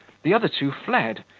the other two fled,